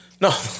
No